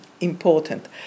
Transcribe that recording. important